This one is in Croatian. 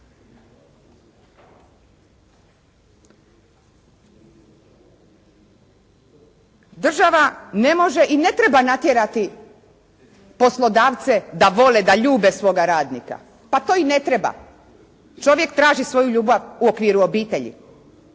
Država ne može i ne treba natjerati poslodavce da vole, da ljube svoga radnika, pa to i ne treba. Čovjek traži svoju ljubav u okviru obitelji,